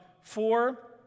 four